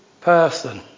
person